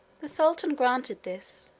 the sultan granted this,